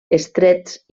estrets